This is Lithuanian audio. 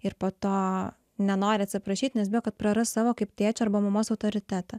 ir po to nenori atsiprašyti nes bijo kad praras savo kaip tėčio arba mamos autoritetą